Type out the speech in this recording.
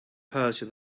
pursue